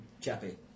chappy